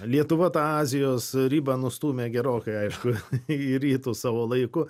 lietuva tą azijos ribą nustūmė gerokai aišku į rytus savo laiku